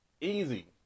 Easy